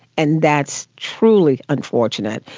and that's truly unfortunate,